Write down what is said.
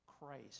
Christ